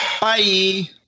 Bye